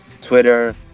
Twitter